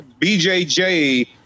BJJ